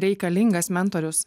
reikalingas mentorius